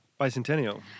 Bicentennial